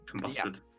Combusted